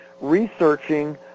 researching